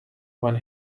when